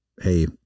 hey